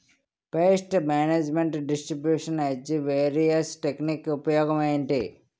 paste management distribution edge covariance technique ఉపయోగం ఏంటి